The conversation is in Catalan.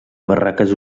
barraques